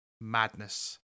Madness